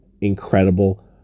incredible